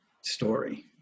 story